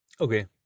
Okay